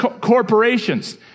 corporations